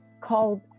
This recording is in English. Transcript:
called